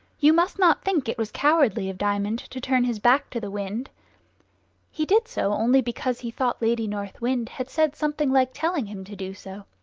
you must not think it was cowardly of diamond to turn his back to the wind he did so only because he thought lady north wind had said something like telling him to do so.